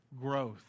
growth